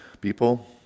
people